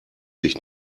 dich